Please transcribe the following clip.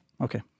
Okay